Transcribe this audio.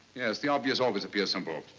yes, the obvious always appears simple.